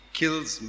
kills